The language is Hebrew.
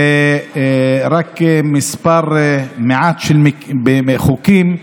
ורק מספר מעט של חוקים,